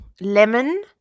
lemon